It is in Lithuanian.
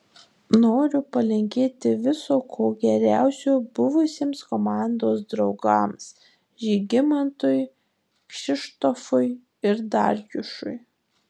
noriu palinkėti viso ko geriausio buvusiems komandos draugams žygimantui kšištofui ir darjušui